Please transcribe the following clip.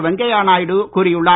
வெங்கையா நாயுடு கூறியுள்ளார்